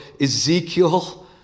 Ezekiel